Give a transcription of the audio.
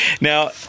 Now